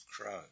crow